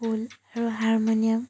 আৰু হাৰমনিয়াম